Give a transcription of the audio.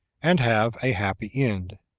and have a happy end.